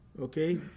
Okay